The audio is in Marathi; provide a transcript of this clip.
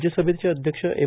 राज्यसभेचे अध्यक्ष एम